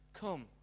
come